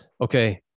okay